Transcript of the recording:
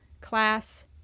Class